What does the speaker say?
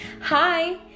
Hi